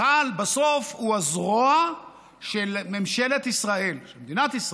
צה"ל בסוף הוא הזרוע של ממשלת ישראל, מדינת ישראל.